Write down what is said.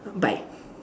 bye